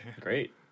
Great